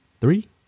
three